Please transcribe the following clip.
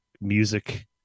music